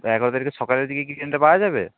এগারো তারিখে সকালের দিকে কি ট্রেনটা পাওয়া যাবে